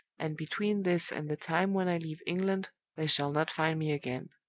and between this and the time when i leave england they shall not find me again.